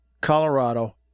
Colorado